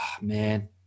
Man